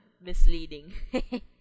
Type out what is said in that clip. misleading